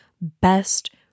best